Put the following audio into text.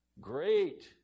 Great